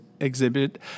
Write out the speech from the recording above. exhibit